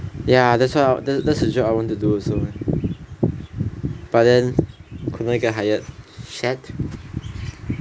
ya that's what the job I want to do also leh but then could not get hired sad